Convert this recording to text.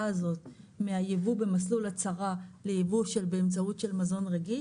הזאת מהיבוא במסלול הצרה ליבוא של באמצעות של מזון רגיש,